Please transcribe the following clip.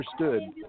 understood